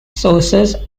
sources